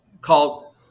called